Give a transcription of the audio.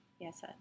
Yes